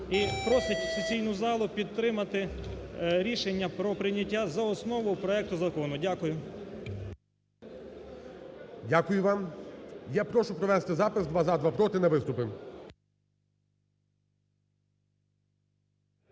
і просить сесійну залу підтримати рішення про прийняття за основу проекту закону. Дякую. ГОЛОВУЮЧИЙ. Дякую вам. Я прошу провести запис: два – за, два – проти на виступи.